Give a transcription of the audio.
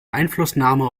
einflussnahme